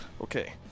Okay